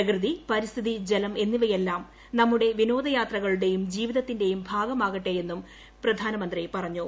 പ്രകൃതി ് പരിസ്ഥിതി ജലം എന്നിവയെല്ലാം നമ്മുടെ വിനോദ യാത്രകളുടെയും ജീവിതത്തിന്റെയും ഭാഗമാകട്ടെയെന്ന് പ്രധാനമന്ത്രി പറഞ്ഞു